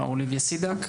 מר אוליביה סידאק.